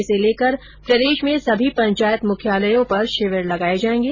इसे लेकर प्रदेश में सभी पंचायत मुख्यालयों पर शिविर लगाए जाएंगे